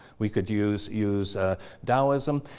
we could use use taoism.